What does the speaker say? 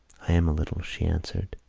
i am a little, she answered.